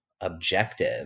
objective